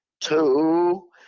two